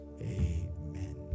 Amen